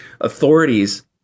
authorities